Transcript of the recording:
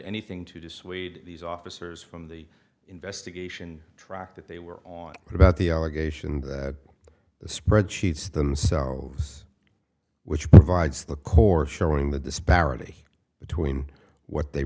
anything to dissuade these officers from the investigation track that they were on about the allegation that the spread sheets themselves which provides the core showing the disparity between what they